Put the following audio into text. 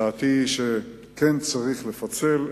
דעתי שכן צריך לפצל,